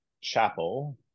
chapel